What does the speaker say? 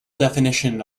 definition